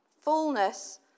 fullness